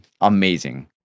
amazing